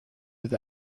with